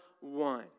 one